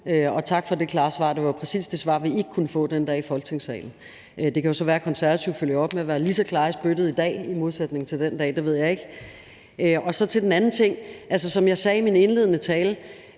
og tak for det klare svar. Det var præcis det svar, vi ikke kunne få den dag i Folketingssalen. Det kan jo så være, at Konservative i modsætning til den dag følger op med at være lige så klar i spyttet i dag. Det ved jeg ikke. Så til den anden ting: Som jeg sagde i min indledende tale,